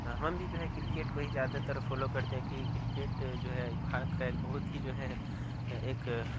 ہم بھی جو ہے کرکٹ کو ہی زیادہ تر فالو کرتے ہیں کیوںکہ کرکٹ جو ہے بھارت کا ایک بہت ہی جو ہے ایک